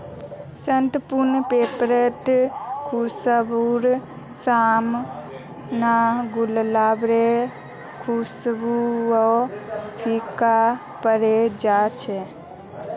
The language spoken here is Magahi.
शतपुष्पेर खुशबूर साम न गुलाबेर खुशबूओ फीका पोरे जा छ